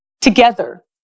together